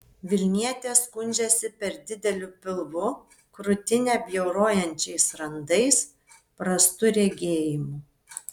vilnietė skundžiasi per dideliu pilvu krūtinę bjaurojančiais randais prastu regėjimu